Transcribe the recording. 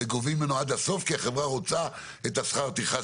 וגובים ממנו עד הסוף כי החברה רוצה את שכר הטרחה